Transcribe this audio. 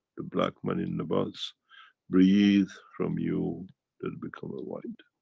the black man in the bus breathe from you, that'll become a white.